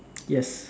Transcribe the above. yes